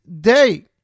day